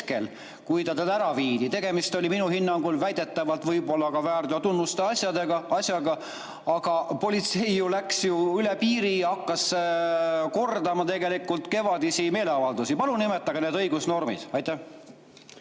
kui ta ära viidi. Tegemist oli minu hinnangul väidetavalt võib-olla ka väärteotunnustega asjaga, aga politsei läks üle piiri ja hakkas kordama tegelikult kevadisi meeleavaldusi. Palun nimetage need õigusnormid. Aitäh,